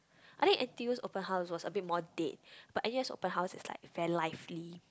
I think N_T_U open house was a bit more dead but N_U_S open house is like very lively